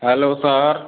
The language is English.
hello sir